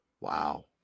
Wow